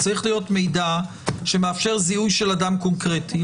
צריך להיות מידע שמאפשר זיהוי של אדם קונקרטי,